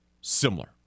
similar